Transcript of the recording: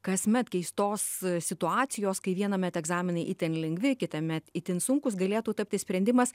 kasmet keistos situacijos kai vienamet egzaminai itin lengvi kitamet itin sunkūs galėtų tapti sprendimas